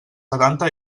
setanta